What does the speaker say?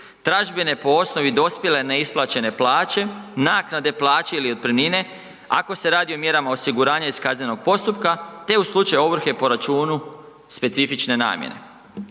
tražbine po osnovi dospjele neisplaćene plaće, naknade plaće ili otpremnine, ako se radi o mjerama osiguranja iz kaznenog postupka te u slučaju ovrhe po računu specifične namjene.